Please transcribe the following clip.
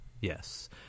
Yes